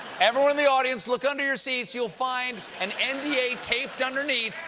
everyone in the audience, look under your seats. you'll find an n d a. taped underneath.